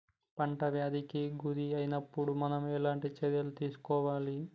పంట వ్యాధి కి గురి అయినపుడు మనం ఎలాంటి చర్య తీసుకోవాలి?